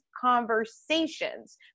conversations